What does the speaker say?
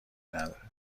نداره